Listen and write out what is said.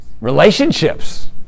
Relationships